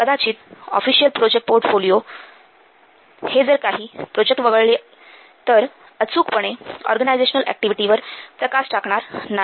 कदाचित official project portfolio हे जर काही प्रोजेक्ट वगळले गेले तर अचूकपणे ऑर्गनायझेशनल ऍक्टिव्हिटीवर प्रकाश टाकणार नाही